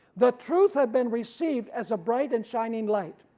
the truth had been received as a bright and shining light.